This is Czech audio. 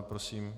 Prosím.